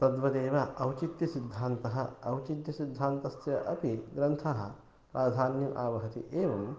तद्वदेव औचित्यसिद्धान्तः औचित्यसिद्धान्तस्य अपि ग्रन्थः प्राधान्यम् आवहति एवं